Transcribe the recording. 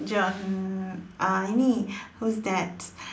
John uh ini who's that